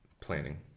planning